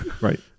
Right